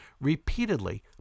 repeatedly